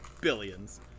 billions